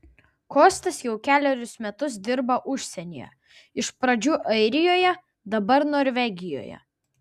kostas jau kelerius metus dirba užsienyje iš pradžių airijoje dabar norvegijoje